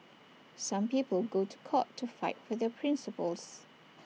some people go to court to fight for their principles